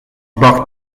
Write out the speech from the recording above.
bart